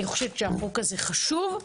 אני חושבת שהחוק הזה חשוב.